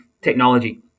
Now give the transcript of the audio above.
technology